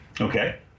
Okay